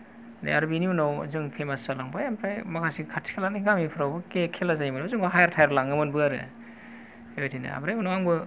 आरो बेनि उनाव जों फेमास जालांबाय ओमफ्राय माखासे खाथि खालानि गामिफोरावबो खेला जायोमोनबा जोंखौ हायार थायार लाङोमोनबो आरो बेबादिनो ओमफ्राय उनाव आंबो